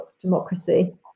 democracy